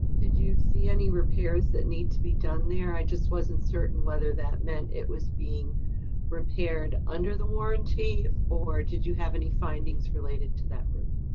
did you see any repairs that need to be done there? i just wasn't certain whether that meant it was being repaired under the warranty or did you have any findings related to that roof?